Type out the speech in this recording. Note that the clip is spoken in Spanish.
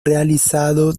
realizado